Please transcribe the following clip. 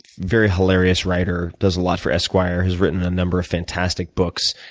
very hilarious writer, does a lot for esquire. has written a number of fantastic books,